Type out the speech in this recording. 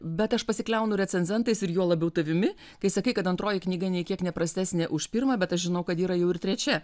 bet aš pasikliaunu recenzentais ir juo labiau tavimi kai sakai kad antroji knyga nė kiek neprastesnė už pirmą bet aš žinau kad yra jau ir trečia